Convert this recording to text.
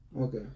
Okay